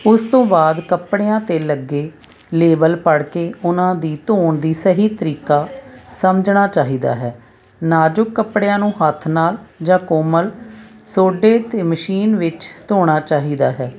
ਉਸ ਤੋਂ ਬਾਅਦ ਕੱਪੜਿਆਂ 'ਤੇ ਲੱਗੇ ਲੇਬਲ ਪੜ੍ਹ ਕੇ ਉਹਨਾਂ ਦੀ ਧੋਣ ਦੀ ਸਹੀ ਤਰੀਕਾ ਸਮਝਣਾ ਚਾਹੀਦਾ ਹੈ ਨਾਜੁਕ ਕੱਪੜਿਆਂ ਨੂੰ ਹੱਥ ਨਾਲ ਜਾਂ ਕੋਮਲ ਸੋਡੇ ਅਤੇ ਮਸ਼ੀਨ ਵਿੱਚ ਧੋਣਾ ਚਾਹੀਦਾ ਹੈ